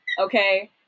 Okay